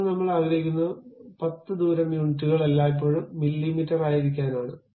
ഇപ്പോൾ നമ്മൾ ആഗ്രഹിക്കുന്നത് 10 ദൂരം യൂണിറ്റുകൾ എല്ലായ്പ്പോഴും മില്ലീമീറ്ററായിരികാനാണ്